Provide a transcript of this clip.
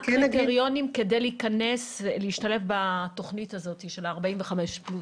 מה הקריטריונים כדי להשתלב בתכנית הזאת של ה-45 פלוס?